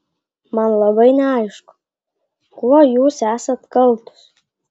man labai neaišku kuo jūs esat kaltos